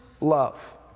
love